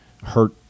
hurt